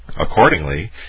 Accordingly